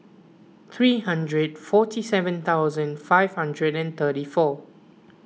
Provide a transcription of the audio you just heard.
three hundred forty seven thousand five hundred and thirty four